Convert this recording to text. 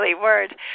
word